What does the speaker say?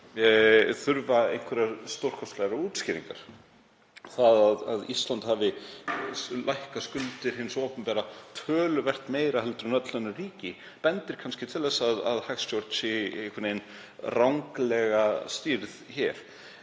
þurfa einhverjar stórkostlegar útskýringar. Það að Ísland hafi lækkað skuldir hins opinbera töluvert meira heldur en öll önnur ríki bendir kannski til að hagstjórninni sé einhvern veginn ranglega stýrt hér.